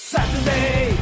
Saturday